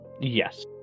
Yes